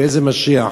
ואיזה משיח,